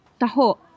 taho